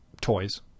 toys